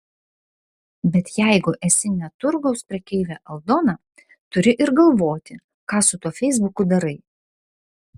bet jeigu esi ne turgaus prekeivė aldona turi ir galvoti ką su tuo feisbuku darai